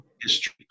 history